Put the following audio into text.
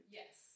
yes